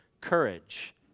courage